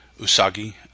Usagi